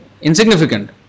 insignificant